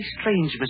strange